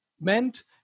meant